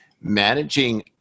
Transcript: managing